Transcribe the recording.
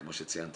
וכמו שציינתי,